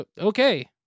Okay